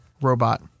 Robot